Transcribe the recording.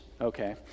Okay